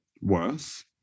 worse